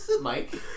Mike